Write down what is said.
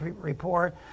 report